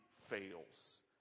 fails